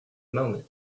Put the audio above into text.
moment